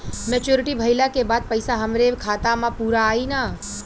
Maturity भईला के बाद पईसा हमरे खाता म पूरा आई न?